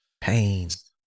pains